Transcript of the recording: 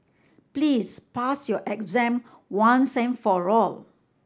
please pass your exam once and for all